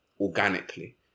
organically